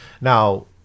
now